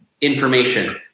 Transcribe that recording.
information